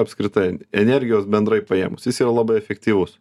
apskritai energijos bendrai paėmus jis yra labai efektyvūs